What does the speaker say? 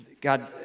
God